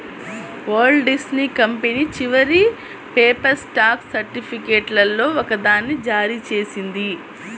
Walt Disney company చివరి paper stock సర్టిఫికేట్లలో ఒకదాన్ని జారీ చేసింది